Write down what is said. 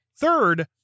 Third